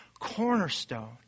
cornerstone